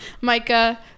Micah